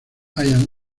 ian